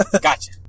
Gotcha